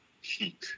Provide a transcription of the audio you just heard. heat